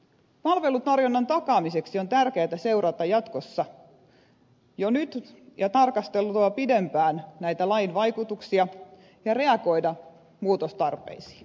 palvelutarjonnan takaamiseksi on tärkeätä seurata jatkossa jo nyt ja tarkasteltua pidempään näitä lain vaikutuksia ja reagoida muutostarpeisiin